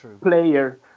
player